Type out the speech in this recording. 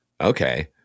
Okay